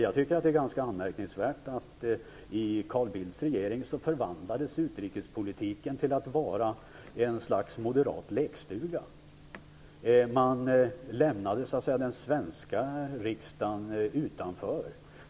Jag tycker att det är ganska anmärkningsvärt att utrikespolitiken förvandlades till att vara ett slags moderat lekstuga i Carl Bildts regering. Man lämnade den svenska riksdagen utanför.